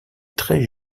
très